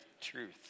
truth